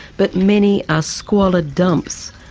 but many are squalid dumps,